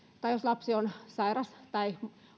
tai jos lapsi on sairas tai